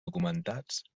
documentats